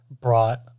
brought